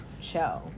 show